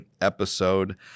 episode